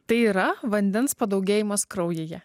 tai yra vandens padaugėjimas kraujyje